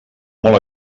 molt